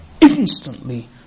Instantly